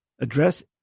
Address